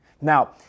Now